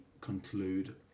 conclude